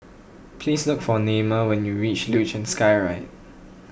please look for Naima when you reach Luge and Skyride